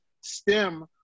stem